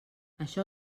això